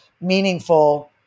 meaningful